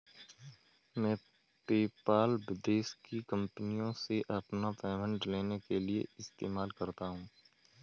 मैं पेपाल विदेश की कंपनीयों से अपना पेमेंट लेने के लिए इस्तेमाल करता हूँ